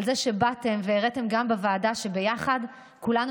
על זה שבאתם והראיתם גם בוועדה שביחד כולנו